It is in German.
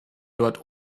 dort